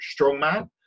strongman